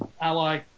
Ally